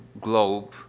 globe